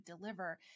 deliver